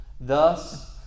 Thus